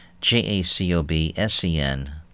J-A-C-O-B-S-E-N